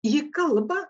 ji kalba